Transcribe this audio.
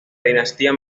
dinastía